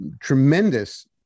tremendous